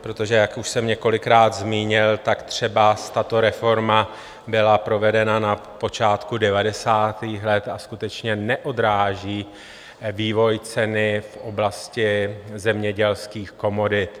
Protože jak už jsem několikrát zmínil, třeba tato reforma byla provedena na počátku devadesátých let a skutečně neodráží vývoj cen v oblasti zemědělských komodit.